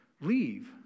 leave